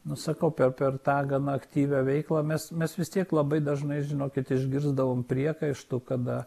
nu sakau per per tą gana aktyvią veiklą mes mes vis tiek labai dažnai žinokit išgirsdavom priekaištų kada